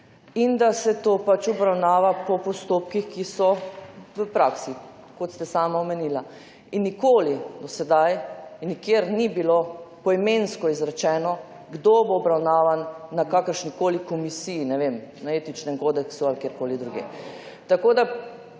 da se to obravnava po postopkih, ki so v praksi, kot ste sami omenili. Nikoli do sedaj nikjer ni bilo poimensko izrečeno, kdo bo obravnavan na kakršnikoli komisiji, na primer na etičnem kodeksu ali kjerkoli drugje. Tako